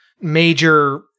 major